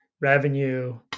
revenue